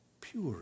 pure